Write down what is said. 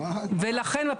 האמת, אני די